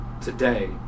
today